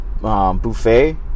buffet